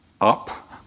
up